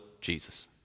Jesus